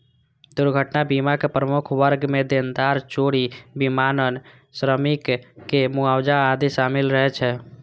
दुर्घटना बीमाक प्रमुख वर्ग मे देनदारी, चोरी, विमानन, श्रमिक के मुआवजा आदि शामिल रहै छै